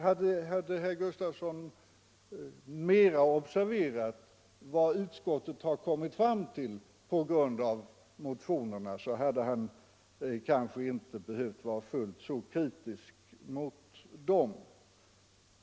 Hade herr Gustafsson mera observerat vad utskottet har kommit fram till på grund av motionerna, hade han kanske inte behövt vara fullt så kritisk mot dem.